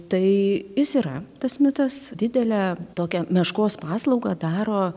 tai jis yra tas mitas didelę tokią meškos paslaugą daro